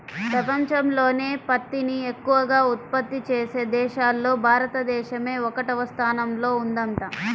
పెపంచంలోనే పత్తిని ఎక్కవగా ఉత్పత్తి చేసే దేశాల్లో భారతదేశమే ఒకటవ స్థానంలో ఉందంట